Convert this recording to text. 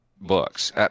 books